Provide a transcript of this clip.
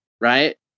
right